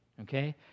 okay